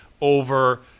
over